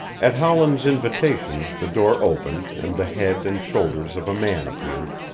at howland's invitation the door opened and the head and shoulders of a man appeared.